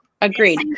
agreed